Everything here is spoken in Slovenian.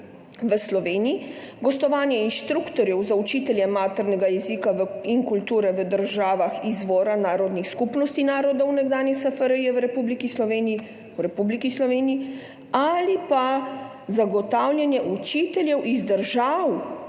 v Sloveniji, gostovanje inštruktorjev za učitelje maternega jezika in kulture iz držav izvora narodnih skupnosti narodov nekdanje SFRJ v RS v Republiki Sloveniji ali pa zagotavljanje učiteljev iz držav